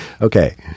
Okay